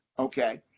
ok?